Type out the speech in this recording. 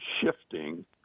shifting